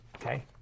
Okay